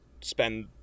spend